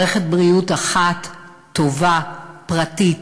מערכת בריאות אחת טובה, פרטית,